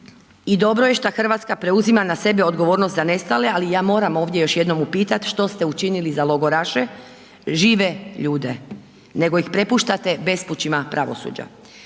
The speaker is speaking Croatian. I dobro je šta Hrvatska preuzima na sebe odgovornost za nestale, ali ja moram ovdje još jednom upitat što ste učinili za logoraše, žive ljude, nego ih prepuštate bespućima pravosuđa.